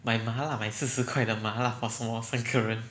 买麻辣买四十块的麻辣 for 什么三个人